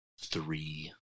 three